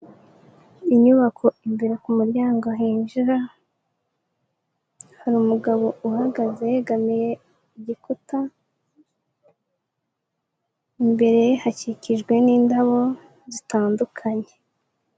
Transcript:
Inyubako imbere ku muryango hinjira, hari umugabo uhagaze yegamiye igikuta, imbere hakikijwe n'indabo zitandukanye.